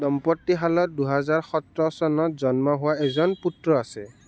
দম্পতীহালৰ দুহেজাৰ সোতৰ চনত জন্ম হোৱা এজন পুত্ৰ আছে